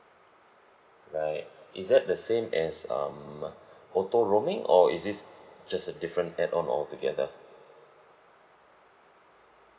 right is that the same as um auto roaming or is this just a different add on altogether